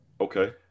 okay